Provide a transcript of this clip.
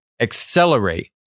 accelerate